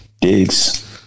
digs